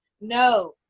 no